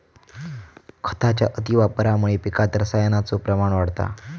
खताच्या अतिवापरामुळा पिकात रसायनाचो प्रमाण वाढता